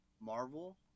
marvel